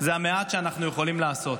זה המעט שאנחנו יכולים לעשות.